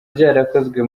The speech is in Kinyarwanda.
byarakozwe